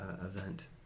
event